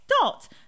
dot